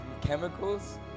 chemicals